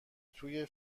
توی